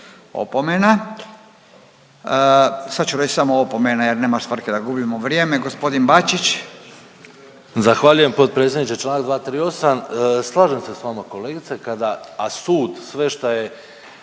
Opomena. Sad ću reći samo opomena jer nema svrhe da gubimo vrijeme. G. Bačić. **Bačić, Ante (HDZ)** Zahvaljujem potpredsjedniče, čl. 238. Slažem se s vama, kolegice, kada, a sud sve šta je